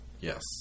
Yes